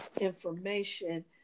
information